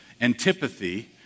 antipathy